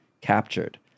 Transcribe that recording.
captured